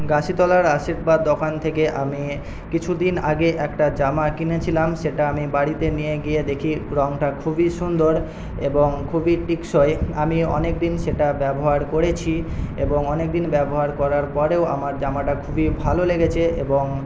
গাছিতলার আশীর্বাদ দোকান থেকে আমি কিছুদিন আগে একটা জামা কিনেছিলাম সেটা আমি বাড়িতে নিয়ে গিয়ে দেখি রঙটা খুবই সুন্দর এবং খুবই টেকসই আমি অনেকদিন সেটা ব্যবহার করেছি এবং অনেকদিন ব্যবহার করার পরেও আমার জামাটা খুবই ভালো লেগেছে এবং